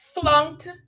flunked